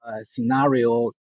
scenario